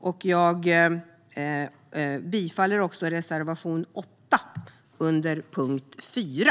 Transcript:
Jag yrkar bifall till reservation 8 under punkt 4.